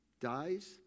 dies